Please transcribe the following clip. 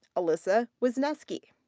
alyssa wisneski.